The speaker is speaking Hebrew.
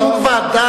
זה דיון בוועדה,